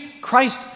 Christ